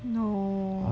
no